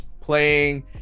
playing